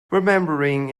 remembering